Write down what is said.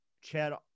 Chad